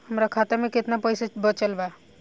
हमरा खाता मे केतना पईसा बचल बा?